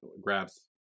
grabs